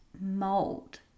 mold